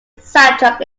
soundtrack